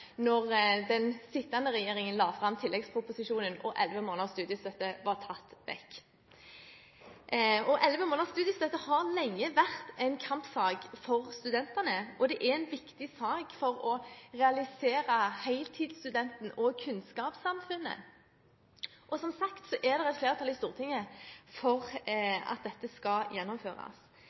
den sittende regjeringen la fram tilleggsproposisjonen, og elleve måneders studiestøtte var tatt vekk. Elleve måneders studiestøtte har lenge vært en kampsak for studentene, og det er en viktig sak for å realisere heltidsstudenten og kunnskapssamfunnet. Som sagt er det også et flertall i Stortinget for at dette skal gjennomføres.